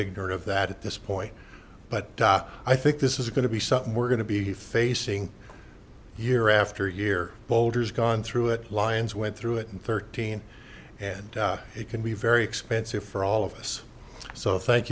ignorant of that at this point but i think this is going to be something we're going to be facing year after year boulders gone through it lions went through it in thirteen and it can be very expensive for all of us so thank